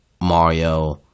Mario